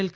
L